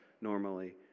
normally